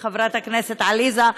חברת הכנסת עליזה,